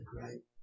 right